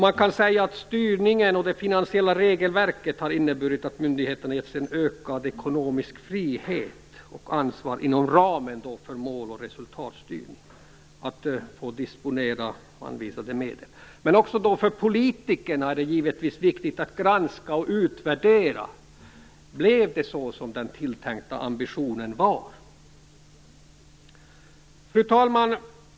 Man kan säga att styrningen och det finansiella regelverket har inneburit att myndigheterna ges en ökad ekonomisk frihet när det gäller att disponera anvisade medel och ett ansvar inom ramen för mål och resultatstyrning. Men för politikerna är det givetvis viktigt att granska och utvärdera: Blev det så som ambitionen var? Fru talman!